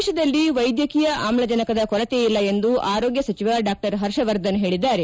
ದೇಶದಲ್ಲಿ ವೈದ್ಯಕೀಯ ಆಮ್ಲಜನಕದ ಕೊರತೆಯಿಲ್ಲ ಎಂದು ಆರೋಗ್ಯ ಸಚಿವ ಡಾ ಪರ್ಷವರ್ಧನ್ ಹೇಳಿದ್ದಾರೆ